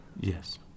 Yes